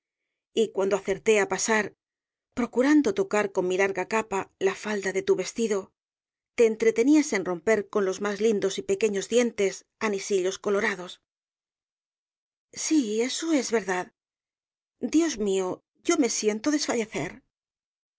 y cuando acerté á pasar procurando tocar con mi larga capa la falda de tu vestido te entretenías en romper con los más lindos y pequeños clientes anisillos colorados sí eso es verdad dios mío yo me siento desfallecer